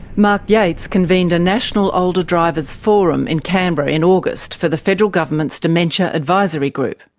mark yates convened a national older drivers' forum in canberra in august for the federal government's dementia advisory group.